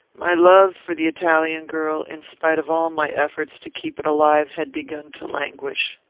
my love for the italian girl, in spite of all my efforts to keep it alive, had begun to languish.